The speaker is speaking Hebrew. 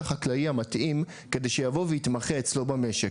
החקלאי המתאים כדי שיבוא ויתמחה אצלו במשק,